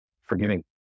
forgiving